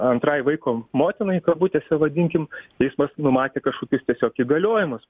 antrai vaiko motinai kabutėse vadinkim teismas numatė kažkokius tiesiog įgaliojimus